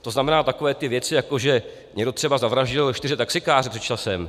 To znamená, takové ty věci, jako že někdo třeba zavraždil čtyři taxikáře před časem...